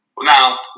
Now